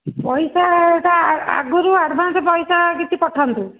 ପଇସା ଟା ଆଗରୁ ଆଡ଼ଭାନ୍ସ ପଇସା କିଛି ପଠାନ୍ତୁ